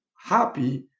happy